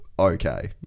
okay